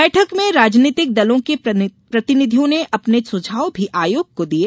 बैठक में राजनीतिक दलों के प्रतिनिधियों ने अपने सुझाव भी आयोग को दिये